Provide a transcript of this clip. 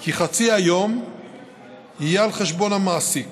כי חצי היום יהיה על חשבון המעסיק,